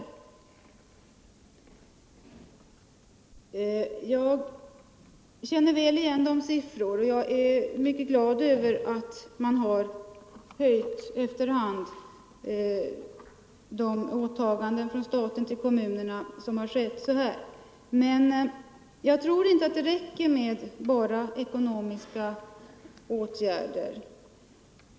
Jag känner väl igen siffrorna i detta sammanhang och är mycket glad över att man efter hand har ökat de åtaganden som staten har i förhållande till kommunerna. Men jag tror inte att det räcker med bara ekonomiska åtgärder.